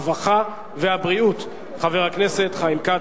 הרווחה והבריאות חבר הכנסת חיים כץ.